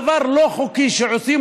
דבר לא חוקי שעושים,